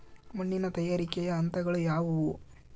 ಮಣ್ಣಿನ ತಯಾರಿಕೆಯ ಹಂತಗಳು ಯಾವುವು?